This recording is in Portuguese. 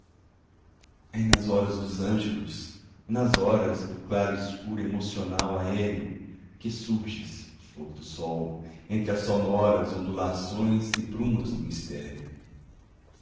nas horas dos ângelus nas horas do claro escuro emocional aéreo que surges flor do sol entre as sonoras ondulações e brumas do mistério